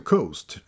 Coast